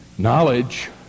Knowledge